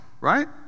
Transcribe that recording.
Right